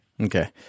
Okay